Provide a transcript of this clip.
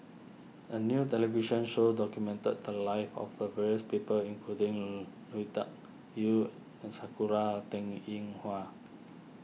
a new television show documented the lives of various people including Lui Tuck Yew and Sakura Teng Ying Hua